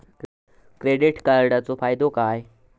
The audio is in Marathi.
क्रेडिट कार्डाचो फायदो काय?